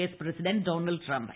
S president Donald Trump